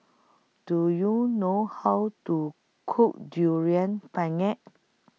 Do YOU know How to Cook Durian Pengat